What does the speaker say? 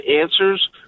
answers